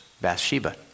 Bathsheba